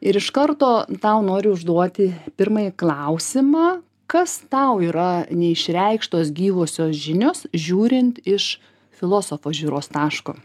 ir iš karto tau noriu užduoti pirmąjį klausimą kas tau yra neišreikštos gyvosios žinios žiūrint iš filosofo žiūros taško